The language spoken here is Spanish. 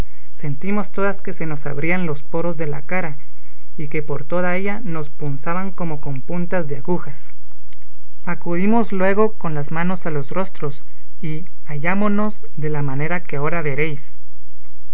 sentimos todas que se nos abrían los poros de la cara y que por toda ella nos punzaban como con puntas de agujas acudimos luego con las manos a los rostros y hallámonos de la manera que ahora veréis